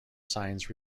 signs